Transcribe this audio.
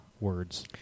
words